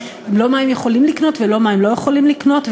לא מה הם יכולים לקנות ולא מה הם לא יכולים לקנות,